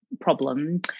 problem